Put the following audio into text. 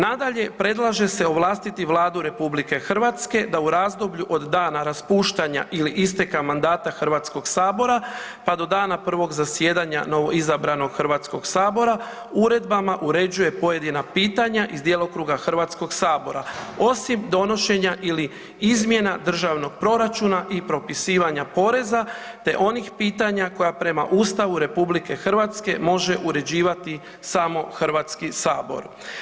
Nadalje, predlaže se ovlastiti Vladu RH da u razdoblju od dana raspuštanja ili isteka mandata Hrvatskog sabora pa do dana prvog zasjedanja novoizabranog Hrvatskog sabora, uredbama uređuje pojedina pitanja iz djelokruga Hrvatskog sabora osim donošenja ili izmjena državnog proračuna i propisivanja poreza te onih pitanja koja prema Ustavu RH može uređivati samo Hrvatski sabor.